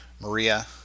Maria